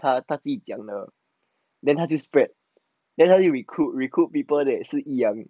他他自己讲的 then 他就 spread then 就 recruit people recruit people that 是一样的